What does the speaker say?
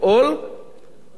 אבל לא מוותרת על פרוטה.